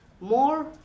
more